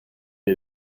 est